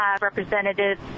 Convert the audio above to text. representatives